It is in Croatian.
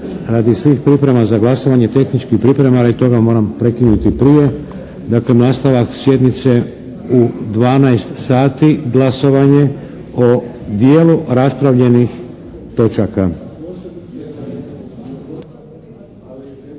radi svih priprema za glasovanje, tehničkih priprema. Radi toga moram prekinuti prije. Dakle, nastavak sjednice u 12 sati glasovanje o dijelu raspravljenih točaka.